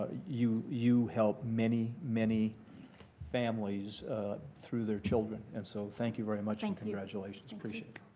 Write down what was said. but you you help many, many families through their children. and so thank you very much. and congratulations. appreciate